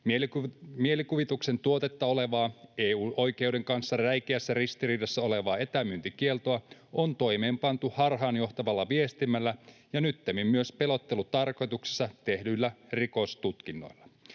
Mielikuvituksen tuotetta olevaa, EU-oikeuden kanssa räikeässä ristiriidassa olevaa etämyyntikieltoa on toimeenpantu harhaanjohtavalla viestinnällä ja nyttemmin myös pelottelutarkoituksessa tehdyillä rikostutkinnoilla.